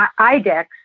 IDEX